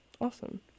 Awesome